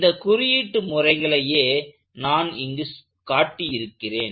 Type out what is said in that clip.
இந்த குறியீட்டு முறைகளையே நான் இங்கு காட்டி இருக்கிறேன்